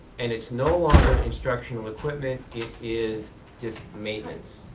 and it's no longer instructional equipment. it is just maintenance.